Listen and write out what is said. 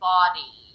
body